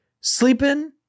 sleeping